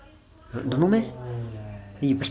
don't know meh